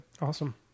Awesome